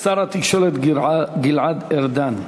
שר התקשורת גלעד ארדן.